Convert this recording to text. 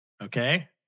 Okay